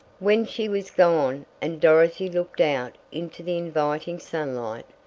when she was gone, and dorothy looked out into the inviting sunlight,